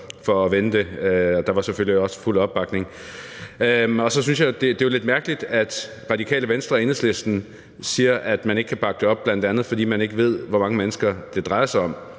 og der fik jeg selvfølgelig også fuld opbakning. Så synes jeg, at det er lidt mærkeligt, at Radikale Venstre og Enhedslisten siger, at man ikke kan bakke det op, fordi man bl.a. ikke ved, hvor mange mennesker det drejer sig om.